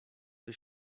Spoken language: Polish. czy